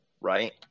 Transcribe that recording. right